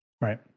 Right